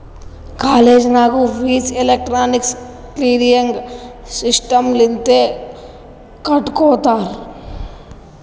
college ನಾಗೂ fees electronic clearing system ಲಿಂತೆ ಕಟ್ಗೊತ್ತಾರ್